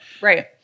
Right